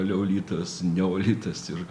leolitas neolitas ir